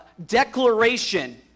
declaration